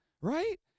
right